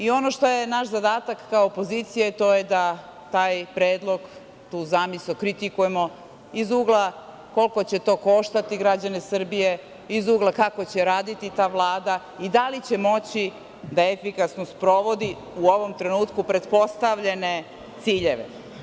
Ono što je naš zadatak kao opozicije, to je da taj predlog, tu zamisao kritikujemo iz ugla koliko će to koštati građane Srbije, iz ugla kako će raditi ta Vlada i da li će moći da efikasno sprovodi u ovom trenutku pretpostavljene ciljeve.